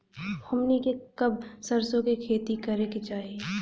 हमनी के कब सरसो क खेती करे के चाही?